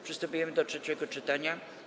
Przystępujemy do trzeciego czytania.